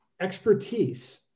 expertise